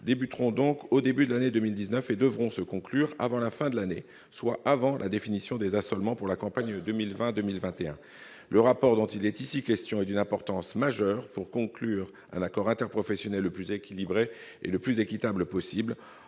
commenceront donc au début de 2019 et devront se conclure avant la fin de la même année, soit avant la définition des assolements pour la campagne 2020-2021. Le rapport que nous demandons est d'une importance majeure pour conclure l'accord interprofessionnel le plus équilibré et le plus équitable possible.